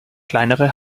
kleinere